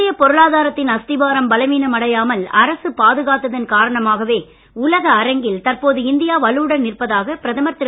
இந்திய பொருளாதாரத்தின் அஸ்திவாரம் பலவீனம் அடையாமல் அரசு பாதுகாத்ததன் காரணமாகவே உலக அரங்கில் தற்போது இந்தியா வலுவுடன் நிற்பதாக பிரதமர் திரு